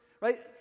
right